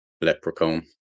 Leprechaun